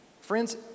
Friends